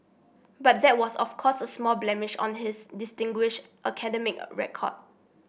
but that was of course a small blemish on his distinguished academic record